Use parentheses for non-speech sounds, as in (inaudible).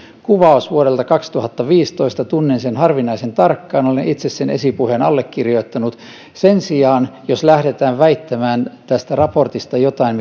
kuvaus vuodelta kaksituhattaviisitoista tunnen sen harvinaisen tarkkaan olen itse sen esipuheen allekirjoittanut sen sijaan jos lähdetään väittämään tästä raportista jotain (unintelligible)